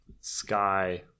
Sky